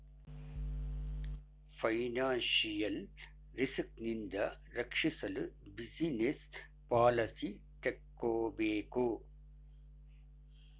financial risk ನಿಂದ ರಕ್ಷಿಸಲು business policy ತಕ್ಕೋಬೇಕು